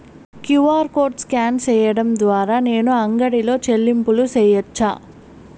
QR code scan సేయడం ద్వారా నేను అంగడి లో చెల్లింపులు సేయొచ్చా?